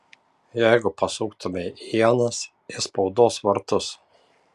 jeigu pasuktumei ienas į spaudos vartus